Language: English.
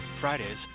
Fridays